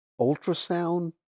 ultrasound